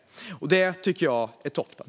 Det tycker jag är toppen.